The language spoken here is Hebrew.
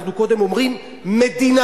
אנחנו קודם אומרים מדינה,